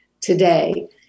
today